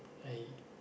I